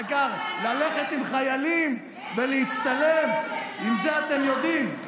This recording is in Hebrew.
אגב, ללכת עם חיילים ולהצטלם, את זה אתם יודעים.